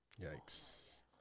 Yikes